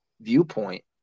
viewpoint